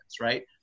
right